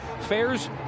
fairs